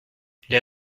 les